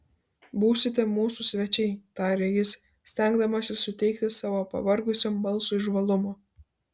būsite mūsų svečiai tarė jis stengdamasis suteikti savo pavargusiam balsui žvalumo